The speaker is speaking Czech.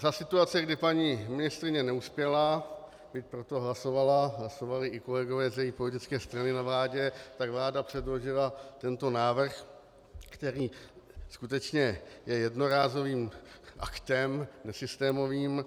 Za situace, kdy paní ministryně neuspěla, byť pro to hlasovala, hlasovali i kolegové z její politické strany na vládě, vláda předložila tento návrh, který je skutečně jednorázovým aktem nesystémovým.